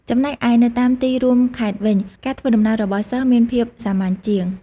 ចំណែកឯនៅតាមទីរួមខេត្តវិញ ការធ្វើដំណើររបស់សិស្សមានភាពសាមញ្ញជាង។